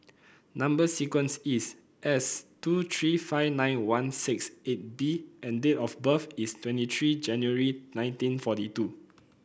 number sequence is S two three five nine one six eight B and date of birth is twenty three January nineteen forty two